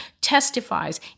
testifies